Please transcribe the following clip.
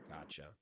Gotcha